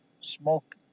smoke